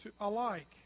alike